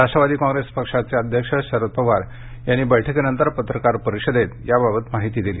राष्ट्रवादी काँग्रेस पक्षाचे अध्यक्ष शरद पवार यांनी या बैठकीनंतर पत्रकार परिषदेत याबद्दलची माहिती दिली